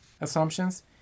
assumptions